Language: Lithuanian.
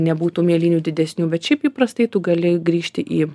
nebūtų mėlynių didesnių bet šiaip įprastai tu gali grįžti į